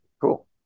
Cool